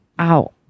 Ow